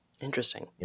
Interesting